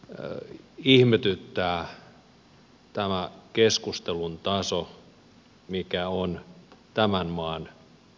ihmetyttää tämä keskustelun taso mikä on tämän maan huipulla